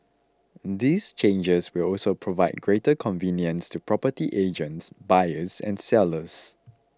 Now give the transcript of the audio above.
these changes will also provide greater convenience to property agents buyers and sellers